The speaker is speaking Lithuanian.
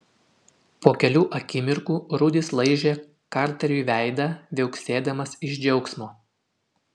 po kelių akimirkų rudis laižė karteriui veidą viauksėdamas iš džiaugsmo